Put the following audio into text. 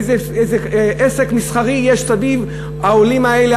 איזה עסק מסחרי יש סביב העולים האלה,